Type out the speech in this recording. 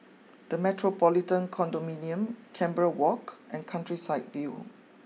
the Metropolitan Condominium Canberra walk and Countryside view